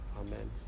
amen